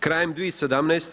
Krajem 2017.